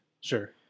Sure